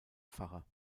pfarrer